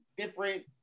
Different